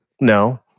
No